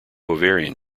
ovarian